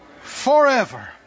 forever